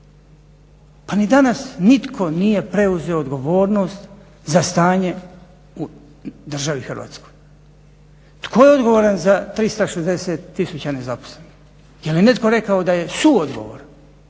Pa ni danas nitko nije preuzeo odgovornost za stanje u državi Hrvatskoj. Tko je odgovoran za 360 tisuća nezaposlenih? Je li netko rekao da je suodgovoran?